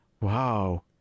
Wow